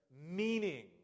meaning